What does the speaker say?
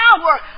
power